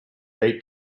date